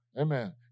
Amen